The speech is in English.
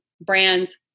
brands